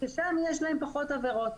ששם יש להם פחות עבירות.